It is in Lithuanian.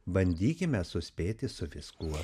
bandykime suspėti su viskuo